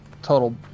Total